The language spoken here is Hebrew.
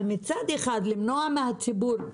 אבל מצד אחד למנוע מהציבור,